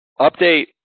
update